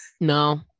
No